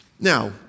Now